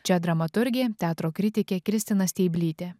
čia dramaturgė teatro kritikė kristina steiblytė